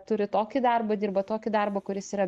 turi tokį darbą dirba tokį darbą kuris yra